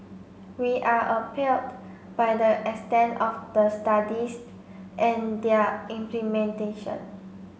we are by the extent of the studies and their implementation